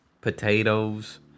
Potatoes